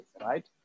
right